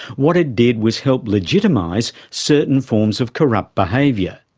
what it did was help legitimise certain forms of corrupt behaviour.